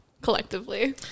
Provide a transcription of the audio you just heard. collectively